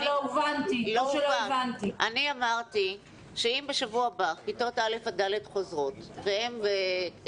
אני אמרתי שאם בשבוע הבא כיתות א' עד ד' חוזרות ואמרה